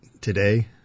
today